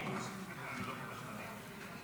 כן, שתי ההצבעות.